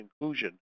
inclusion